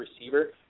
receiver